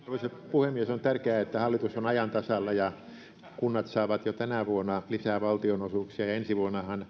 puhemies on tärkeää että hallitus on ajan tasalla ja kunnat saavat jo tänä vuonna lisää valtionosuuksia ensi vuonnahan